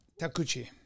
Takuchi